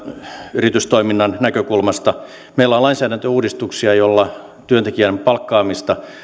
yritystoiminnan näkökulmasta meillä on lainsäädäntöuudistuksia joilla työntekijän palkkaamista